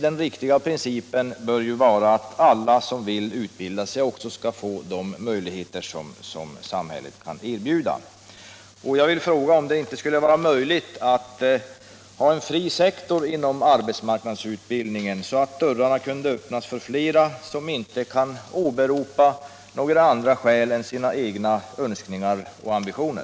Den riktiga principen bör vara att alla som vill utbilda sig skall få del av de möjligheter som samhället kan erbjuda. Jag vill fråga om det inte skulle vara möjligt att ha en fri sektor inom arbetsmarknadsutbildningen så att dörrarna kunde öppnas för flera människor som inte kan åberopa andra skäl än sina egna önskningar och ambitioner.